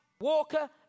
walker